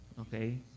Okay